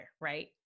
right